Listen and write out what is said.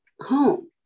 home